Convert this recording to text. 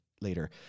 later